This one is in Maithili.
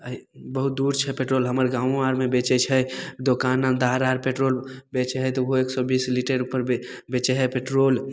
अरे बहुत दूर छै पेट्रोल हमर गाँवो आरमे बेचैत छै दोकान आर पेट्रोल बेचै हइ तऽ ओहो एक सए बीस लीटर उपर बेचै हए पेट्रोल